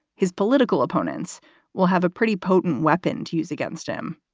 his political opponents will have a pretty potent weapon to use against him.